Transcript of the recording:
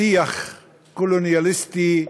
שיח קולוניאליסטי גזעני,